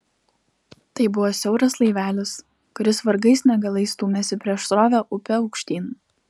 tai buvo siauras laivelis kuris vargais negalais stūmėsi prieš srovę upe aukštyn